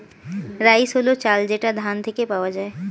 rice হল চাল যেটা ধান থেকে পাওয়া যায়